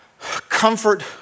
comfort